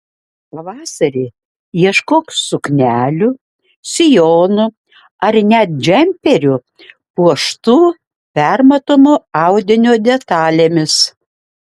pavasarį ieškok suknelių sijonų ar net džemperių puoštų permatomo audinio detalėmis